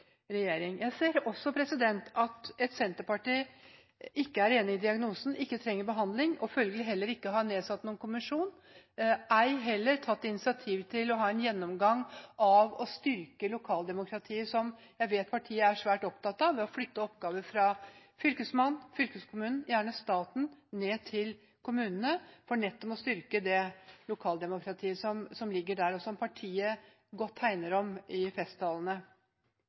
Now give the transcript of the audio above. Jeg ser også et Senterparti som ikke er enig i diagnosen, ikke trenger behandling, og følgelig heller ikke har nedsatt noen kommisjon for, ei heller tatt initiativ til, å ha en gjennomgang for å styrke lokaldemokratiet – som jeg vet partiet er svært opptatt av – ved å flytte oppgaver fra Fylkesmannen, fylkeskommunen, gjerne staten, ned til kommunene for nettopp å styrke det lokaldemokratiet som ligger der, og som partiet godt hegner om i festtalene.